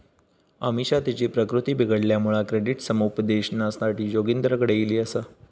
अमिषा तिची प्रकृती बिघडल्यामुळा क्रेडिट समुपदेशनासाठी जोगिंदरकडे ईली आसा